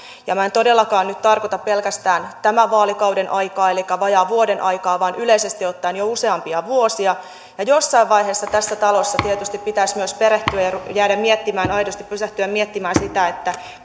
minä en todellakaan nyt tarkoita pelkästään tämän vaalikauden aikaa elikkä vajaan vuoden aikaa vaan yleisesti ottaen jo useampia vuosia ja jossain vaiheessa tässä talossa tietysti pitäisi myös perehtyä ja pysähtyä miettimään aidosti sitä